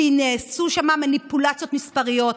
כי נעשו שם מניפולציות מספריות.